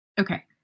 okay